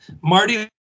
Marty